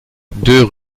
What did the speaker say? deux